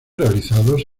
realizados